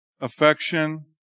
affection